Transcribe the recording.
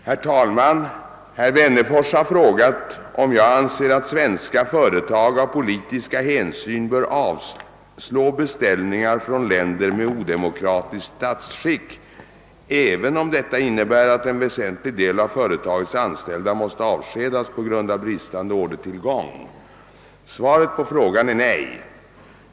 Herr talman! Herr Wennerfors har frågat, om jag anser att svenska företag av politiska hänsyn bör avslå beställningar från länder med odemokratiskt statsskick, även om detta innebär att en väsentlig del av företagets anställda måste avskedas på grund av bristande ordertillgång. Svaret på frågan är nej.